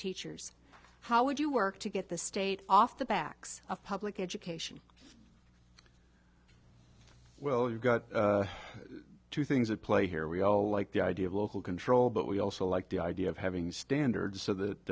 teachers how would you work to get the state off the backs of public education well you've got two things at play here we all like the idea of local control but we also like the idea of having standards so that